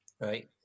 Right